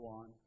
on